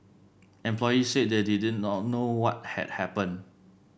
employees said they did not know what had happened